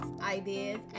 ideas